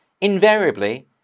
invariably